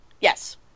Yes